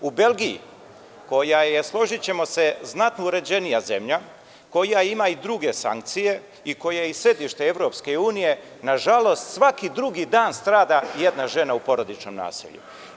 U Belgiji, koja je, složićemo se, znatno uređenija zemlja, koja ima i druge sankcije i koja je sedište EU, nažalost svaki drugi dan strada jedna žena u porodičnom nasilju.